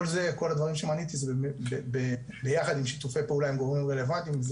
כל הדברים שמניתי זה באמת ביחד עם שיתופי פעולה עם גורמים רלוונטיים,